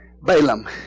Balaam